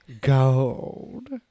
Gold